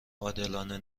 عادلانه